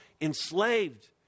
enslaved